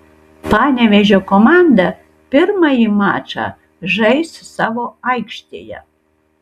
panevėžio komanda pirmąjį mačą žais savo aikštėje